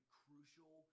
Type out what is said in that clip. crucial